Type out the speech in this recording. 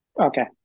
Okay